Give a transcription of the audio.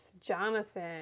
Jonathan